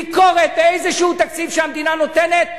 לעשות ביקורת לאיזה תקציב שהמדינה נותנת?